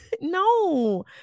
no